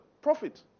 profit